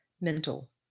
mental